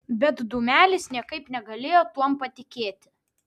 bet dūmelis niekaip negalėjo tuom patikėti